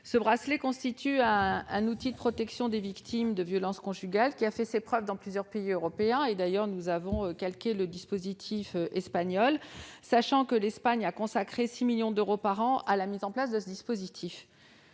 Ce bracelet constitue un outil de protection des victimes de violences conjugales, qui a fait ses preuves dans plusieurs pays européens. D'ailleurs, nous nous sommes calqués sur le dispositif espagnol, sachant que l'Espagne a consacré 6 millions d'euros par an à la mise en place de ce dispositif.